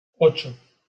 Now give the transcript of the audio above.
ocho